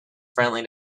friendly